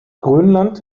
grönland